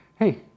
hey